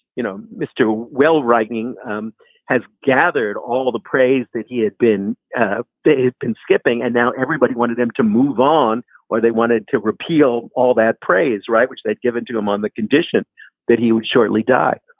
you know, mr. well, writing um has gathered all of the praise that he had been ah had been skipping. and now everybody wanted him to move on or they wanted to repeal all that praise. right. which they'd given to him on the condition that he would shortly die.